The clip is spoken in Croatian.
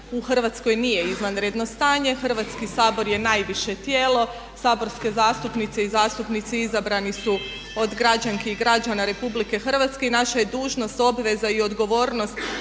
U Hrvatskoj nije izvanredno stanje. Hrvatski sabor je najviše tijelo. Saborske zastupnice i zastupnici izabrani su od građanki i građana RH i naša je dužnost, obveza i odgovornost